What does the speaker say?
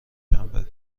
شنبه